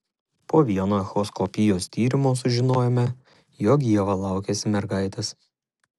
po vieno echoskopijos tyrimo sužinojome jog ieva laukiasi mergaitės